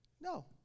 No